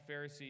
Pharisee